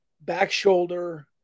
back-shoulder